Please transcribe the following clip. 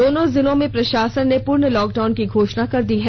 दोनों जिलों के प्रशासन ने पूर्ण लॉकडाउन की घोषणा कर दी है